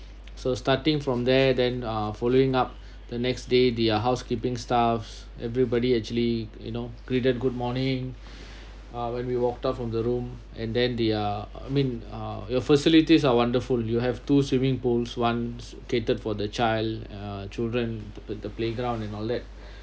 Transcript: so starting from there then uh following up the next day their housekeeping staffs everybody actually you know greeted good morning uh when we walked out from the room and then the uh I mean uh your facilities are wonderful you have two swimming pools onn catered for the child uh children the playground and all that